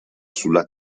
sulla